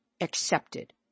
accepted